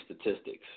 statistics